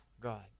God